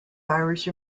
irish